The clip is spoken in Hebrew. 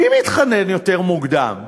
מי מתחתן יותר מוקדם?